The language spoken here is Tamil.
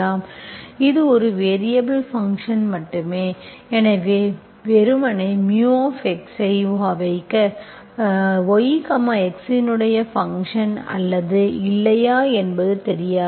இது ஒரு வேரியபல் ஃபங்க்ஷன் மட்டுமே எனவே வெறுமனே μஐ வைக்க ஆகவே y x இன் ஃபங்க்ஷன் அல்லது இல்லையா என்பது தெரியாது